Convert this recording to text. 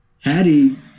Hattie